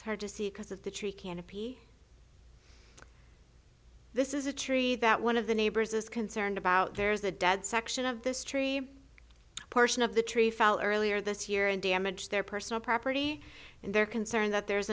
it's hard to see because of the tree canopy this is a tree that one of the neighbors is concerned about there's a dead section of this tree portion of the tree fell earlier this year and damage their personal property and they're concerned that there